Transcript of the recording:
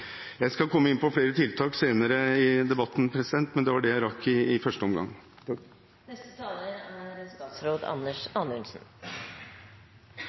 Jeg skal komme inn på flere tiltak senere i debatten, men det var det jeg rakk i første omgang.